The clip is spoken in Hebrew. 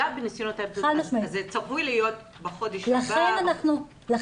בניסיונות ההתאבדות אז זה צפוי להיות החודש הבא --- בוודאי.